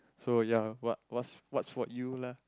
so ya loh what what's what's for you lah